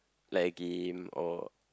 like game or